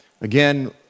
Again